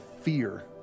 fear